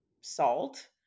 salt